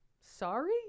Sorry